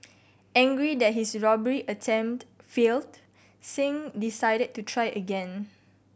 angry that his robbery attempt failed Singh decided to try again